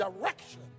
direction